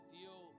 deal